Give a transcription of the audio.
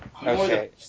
Okay